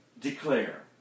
declare